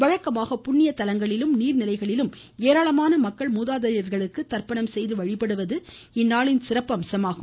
வழக்கமாக புண்ணிய தலங்களிலும் நீர்நிலைகளிலும் ஏராளமான மக்கள் மூதாதையர்களுக்கு தர்ப்பணம் செய்து வழிபடுவது இந்நாளின் சிறப்பம்சமாகும்